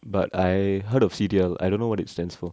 but I heard of C_D_L I don't know what it stands for